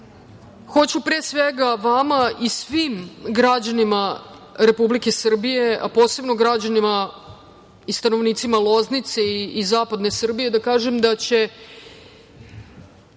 Hoću pre svega vama i svim građanima Republike Srbije, a posebno građanima i stanovnicima Loznice i zapadne Srbije da kažem da će